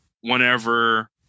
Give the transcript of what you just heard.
whenever